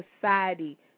Society